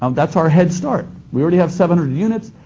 um that's our head start. we already have seven hundred units.